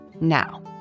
now